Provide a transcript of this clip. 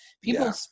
people